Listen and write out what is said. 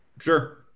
Sure